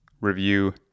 review